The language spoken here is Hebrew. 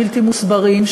בלתי מוסברים,